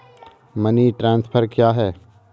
Money transfer क्या है?